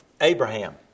Abraham